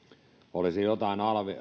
olisi jotain